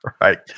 Right